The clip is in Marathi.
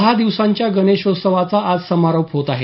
दहा दिवसांच्या गणेशोत्सवाचा आज समारोप होत आहे